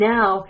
Now